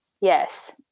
Yes